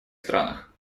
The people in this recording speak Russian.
странах